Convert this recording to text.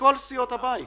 מכל סיעות הבית.